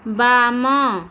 ବାମ